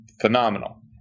phenomenal